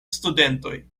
studentoj